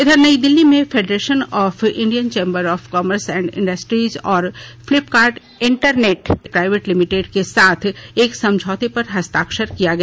इधर नई दिल्ली में federation of Indian chambers of commerce and industries और फ्लिपकार्ट इंटरनेट प्राइवेट लिमिटेड के साथ ही एक समझौते पर हस्ताक्षर किया गया